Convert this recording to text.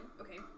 okay